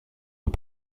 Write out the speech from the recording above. aux